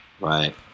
right